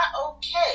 okay